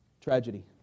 tragedy